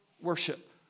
worship